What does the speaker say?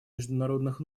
международных